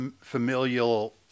familial